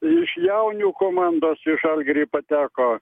iš jaunių komandos į žalgirį pateko